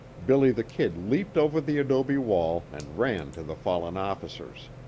billy the kid leaped over the adobe wall and ran to the fallen officers.